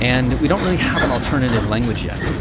and we don't really have an alternative language yet,